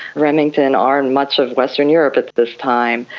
remington armed much of western europe at this time.